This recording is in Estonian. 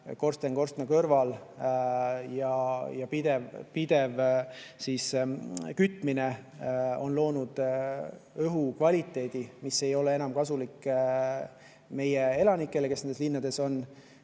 korsten korstna kõrval ja pidev kütmine on loonud õhukvaliteedi, mis ei ole enam kasulik meie elanikele, kes linnades on.